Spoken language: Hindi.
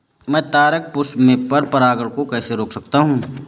मैं तारक पुष्प में पर परागण को कैसे रोक सकता हूँ?